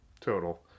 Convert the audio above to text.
total